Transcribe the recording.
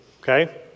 okay